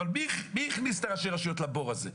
אבל מי הכניס את ראשי הרשויות לבור הזה?